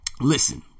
listen